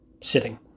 sitting